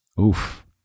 Oof